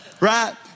right